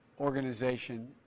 organization